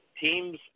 teams